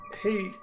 Hey